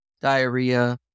diarrhea